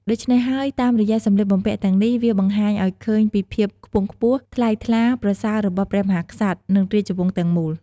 ដូច្នេះហើយតាមរយៈសម្លៀកបំពាក់ទាំងនេះ វាបង្ហាញឱ្យឃើញពីភាពខ្ពង់ខ្ពស់ ថ្លៃថ្លាប្រសើរបស់ព្រះមហាក្សត្រ និងរាជវង្សទាំងមូល។